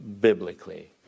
biblically